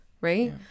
right